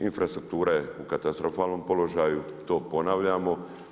Infrastruktura je katastrofalnom položaju, to ponavljamo.